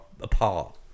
apart